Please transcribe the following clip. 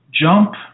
jump